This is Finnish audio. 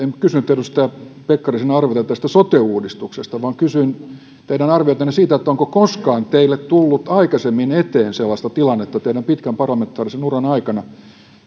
kysynyt edustaja pekkarisen arviota tästä sote uudistuksesta vaan kysyin teidän arviotanne siitä onko teille tullut koskaan aikaisemmin eteen sellaista tilannetta teidän pitkän parlamentaarisen uranne aikana